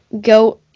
go